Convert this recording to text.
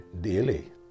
daily